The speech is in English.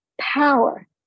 power